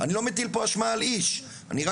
אני לא מטיל אשמה על איש,